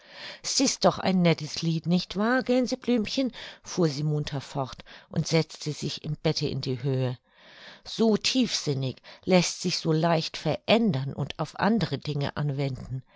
s ist doch ein nettes lied nicht wahr gänseblümchen fuhr sie munter fort und setzte sich im bette in die höhe so tiefsinnig läßt sich so leicht verändern und auf andere dinge anwenden